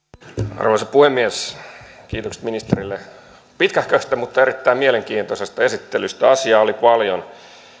arvoisa puhemies kiitokset ministerille pitkähköstä mutta erittäin mielenkiintoisesta esittelystä asiaa oli paljon